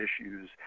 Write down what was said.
issues